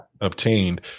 obtained